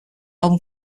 album